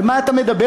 על מה אתה מדבר?